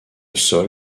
sol